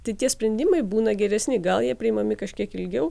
tai tie sprendimai būna geresni gal jie priimami kažkiek ilgiau